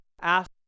ask